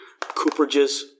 cooperages